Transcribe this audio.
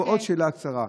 ועוד שאלה קצרה.